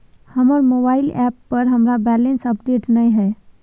हमर mobile app पर हमरा बैलेंस अपडेट नय हय